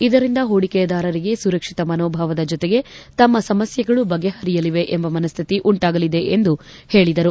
ಇದರಿಂದ ಹೂಡಿಕೆದಾರರಿಗೆ ಸುರಕ್ಷಿತ ಮನೋಭಾವದ ಜೊತೆಗೆ ತಮ್ಮ ಸಮಸ್ವೆಗಳು ಬಗೆಹರಿಯಲಿವೆ ಎಂಬ ಮನಸ್ವಿತಿ ಉಂಟಾಗಲಿದೆ ಎಂದು ಹೇಳಿದರು